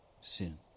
sin